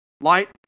Light